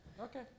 Okay